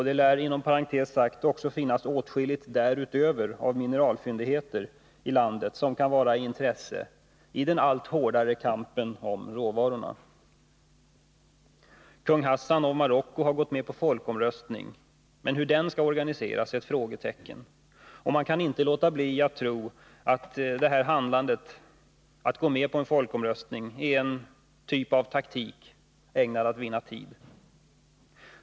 Det lär inom parentes sagt finnas åtskilligt därutöver av mineralfyndigheter i landet, som kan vara av intresse i den allt hårdare kampen om råvarorna. Kung Hassan av Marocko har gått med på en folkomröstning, men hur den skall organiseras är ett frågetecken. Man kan inte låta bli att tro att detta handlande, dvs. att gå med på en folkomröstning, är en typ av taktik ägnad att vinna tid.